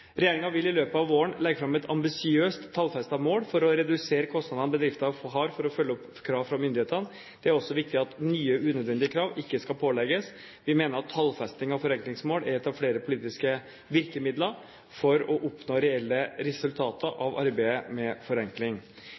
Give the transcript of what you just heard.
vil i løpet av våren legge fram et ambisiøst tallfestet mål for å redusere kostnadene bedrifter har for å følge opp krav fra myndighetene. Det er også viktig at nye unødvendige krav ikke skal pålegges. Vi mener at tallfesting av forenklingsmål er et av flere politiske virkemidler for å oppnå reelle resultater av arbeidet med forenkling.